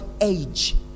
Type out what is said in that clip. age